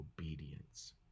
obedience